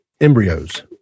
Embryos